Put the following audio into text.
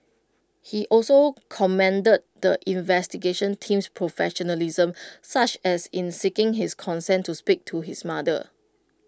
he also commended the investigation team's professionalism such as in seeking his consent to speak to his mother